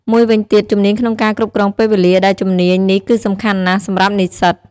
មួយវិញទៀត ជំនាញក្នុងការគ្រប់គ្រងពេលវេលា ដែលជំនាញនេះគឺសំខាន់ណាស់សម្រាប់និស្សិត។